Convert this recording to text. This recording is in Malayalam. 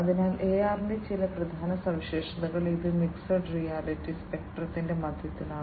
അതിനാൽ AR ന്റെ ചില പ്രധാന സവിശേഷതകൾ ഇത് മിക്സഡ് റിയാലിറ്റി സ്പെക്ട്രത്തിന്റെ മധ്യത്തിലാണ്